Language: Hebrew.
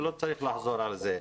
ולא צריך לחזור על זה.